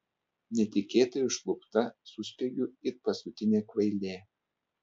netikėtai užklupta suspiegiu it paskutinė kvailė